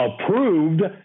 approved